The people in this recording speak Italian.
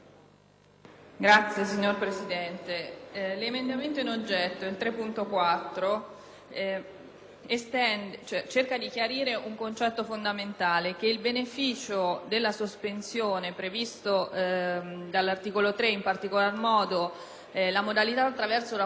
cerca di chiarire un concetto fondamentale, ovvero che il beneficio della sospensione, previsto dall'articolo 3, in particolare modo la modalità attraverso la quale vengono restituiti i tributi e i contributi previdenziali, assistenziali e assicurativi,